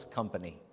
Company